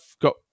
got